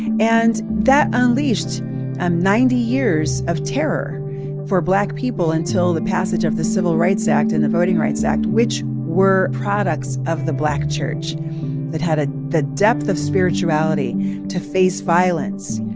and that unleashed um ninety years of terror for black people until the passage of the civil rights act and the voting rights act, which were products of the black church that had ah the depth of spirituality to face violence